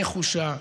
נחושה,